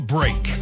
Break